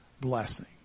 blessing